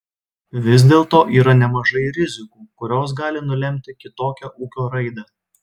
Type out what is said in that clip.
vis dėlto yra nemažai rizikų kurios gali nulemti kitokią ūkio raidą